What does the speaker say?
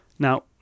Now